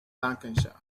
lancashire